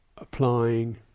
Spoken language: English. Applying